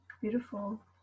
beautiful